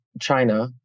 China